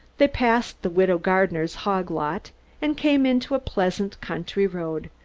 they passed the widow gardiner's hog-lot and came into a pleasant country road,